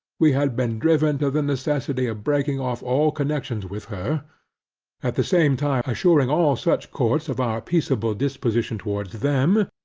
we had been driven to the necessity of breaking off all connections with her at the same time, assuring all such courts of our peacable disposition towards them,